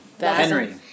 Henry